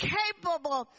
capable